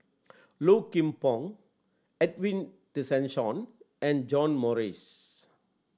Low Kim Pong Edwin Tessensohn and John Morrice